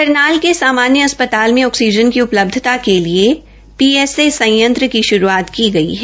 करनाल के सामान्य अस्प्ताल में आक्सीजन की उपलब्धत के लिए पीएसए संयंत्र की श्रूआत की गई है